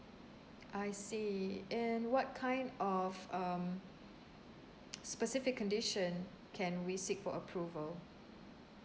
I see and what kind of um specific condition can we seek for approval